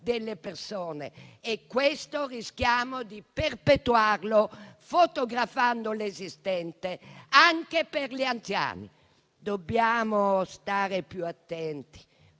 delle persone e questo rischiamo di perpetuarlo, fotografando l'esistente anche per gli anziani. Dobbiamo stare più attenti